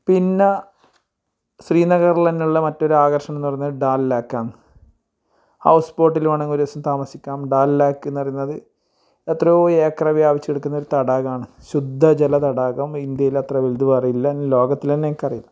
പിന്നെ ശ്രീനഗർല്ന്നെയുള്ള മറ്റൊരു ആകർഷണം എന്ന് പറയുന്നത് ഡാൽ ലാക്കാന്ന് ഹൗസ് ബോട്ടിൽ വേണമെങ്കിൽ ഒരു ദിവസം താമസിക്കാം ഡാൽ ലാക്ക്ന്ന് പറയുന്നത് എത്രയോ ഏക്കറ് വ്യാപിച്ചു കിടക്കുന്നൊരു തടാകമാണ് ശുദ്ധജല തടാകം ഇന്ത്യയിലത്ര വലുത് വേറെയില്ല ലോകത്തിലന്നെ നിങ്ങൾക്കറിയാം